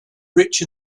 rich